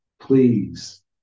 please